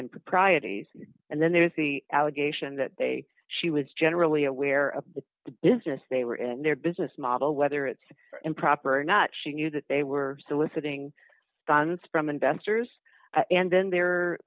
improprieties and then there is the allegation that they she was generally aware of the business they were in their business model whether it's improper or not she knew that they were soliciting funds from investors and then the